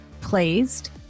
pleased